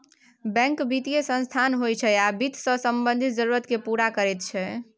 bank बित्तीय संस्थान होइ छै आ बित्त सँ संबंधित जरुरत केँ पुरा करैत छै